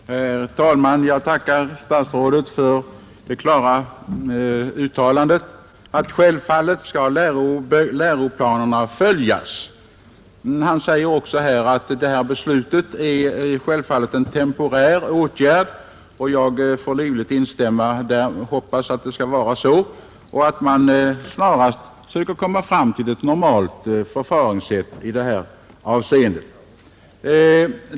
Herr talman! Jag tackar statsrådet för det nu gjorda klara uttalandet att läroplanerna självfallet skall följas. Han sade också att beslutet om användning av lärobok som inte helt överensstämmer med läroplanen var en temporär åtgärd — jag hoppas livligt att det skall vara så och att man snarast söker komma fram till ett normalt förfaringssätt i granskningsavseende.